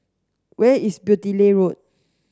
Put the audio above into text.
where is Beaulieu Road